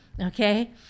Okay